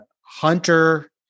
Hunter